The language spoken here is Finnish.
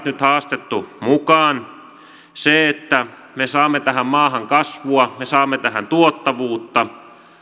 nyt haastettu mukaan siihen että me saamme tähän maahan kasvua me saamme tähän tuottavuutta